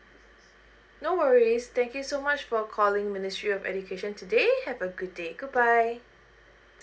no worries thank you so much for calling ministry of education today have a good day goodbye